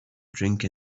drink